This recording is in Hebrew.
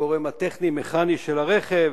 הגורם הטכני-המכני של הרכב,